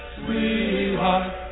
sweetheart